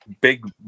big